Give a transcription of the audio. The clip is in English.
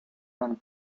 and